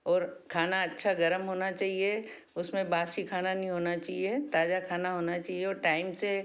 और खाना अच्छा गरम होना चाहिए उसमें बासी खाना नहीं होना चाहिए ताजा खाना होना चाहिए और टायम से